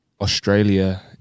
Australia